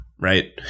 right